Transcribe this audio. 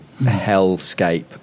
hellscape